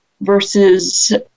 versus